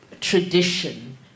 tradition